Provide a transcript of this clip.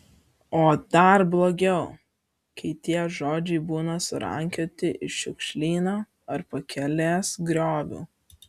o dar blogiau kai tie žodžiai būna surankioti iš šiukšlyno ar pakelės griovių